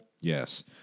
Yes